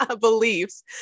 beliefs